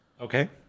Okay